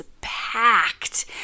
packed